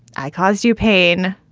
i caused you pain.